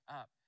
up